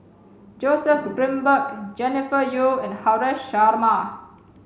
Joseph Grimberg Jennifer Yeo and Haresh Sharma